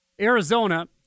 Arizona